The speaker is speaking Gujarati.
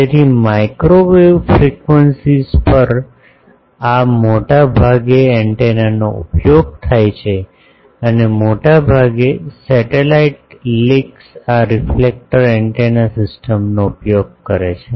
તેથી માઇક્રોવેવ ફ્રીક્વન્સીઝ પર આ મોટે ભાગે એન્ટેનાનો ઉપયોગ થાય છે અને મોટાભાગના સેટેલાઇટ લિંક્સ આ રિફ્લેક્ટર એન્ટેના સિસ્ટમ્સનો ઉપયોગ કરે છે